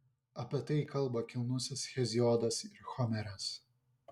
apie tai kalba kilnusis heziodas ir homeras